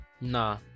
Nah